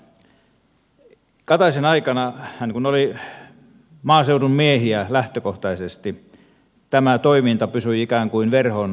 mutta kataisen aikana hän kun oli maaseudun miehiä lähtökohtaisesti tämä toiminta pysyi ikään kuin verhon takana